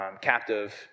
captive